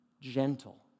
gentle